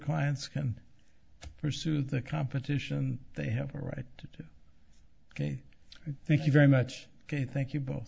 clients can pursue the competition they have a right to do ok thank you very much ok thank you both